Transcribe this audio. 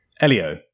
Elio